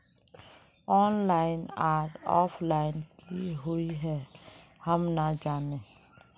Online आर offline की हुई है हम ना जाने?